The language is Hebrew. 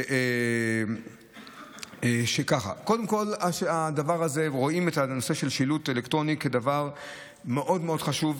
הוא שקודם כול רואים את הנושא של שילוט אלקטרוני כדבר מאוד מאוד חשוב,